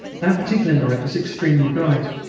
that particular night was extremely bright.